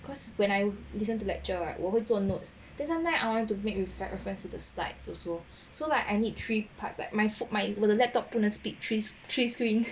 cause when I listen to lecture right 我会做 notes then sometimes I want to make reference with the slides also so I need three parts like my foot my the laptop 不能 three screen